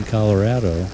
Colorado